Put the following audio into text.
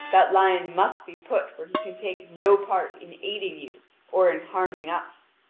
that lion must be put where he can take no part in aiding you or in harming us.